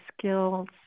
skills